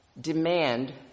demand